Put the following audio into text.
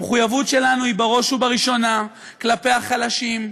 המחויבות שלנו היא בראש ובראשונה כלפי החלשים,